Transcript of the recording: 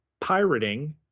pirating